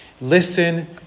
Listen